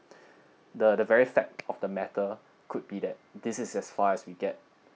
the the very fact of the matter could be that this is as far as we get